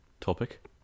topic